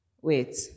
Wait